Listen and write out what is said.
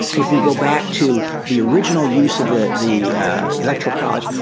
if we go back to the original use of the the electoral college,